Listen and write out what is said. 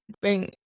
bring